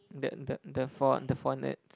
that the the fond~ the four nets